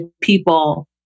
people